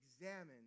examine